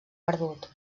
perdut